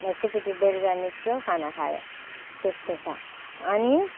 एकैचोटि बेलुका निस्क्यो खाना खायो त्यस्तो छ अनि